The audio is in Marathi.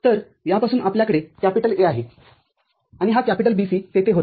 तरयापासून आपल्याकडे Aआहे आणि हा BC तेथे होता